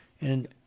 And-